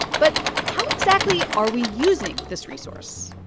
but how exactly are we using this resource?